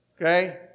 okay